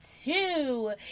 two